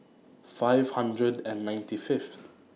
five hundred and ninety five